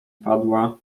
padła